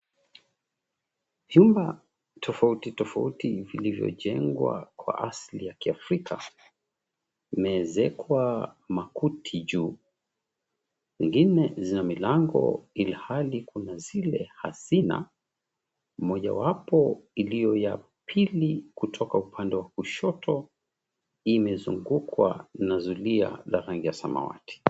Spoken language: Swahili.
Vyumba tofauti tofauti vilivyojengwa kwa asili ya kiafrika, vimeezekwa makuti juu. Zingine zina milango ilhali kuna zile hazina. Mojawapo iliyo ya pili kutoka upande wa kushoto, imezungukwa na zulia la rangi ya samawati.